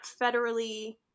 federally